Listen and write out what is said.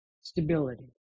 Stability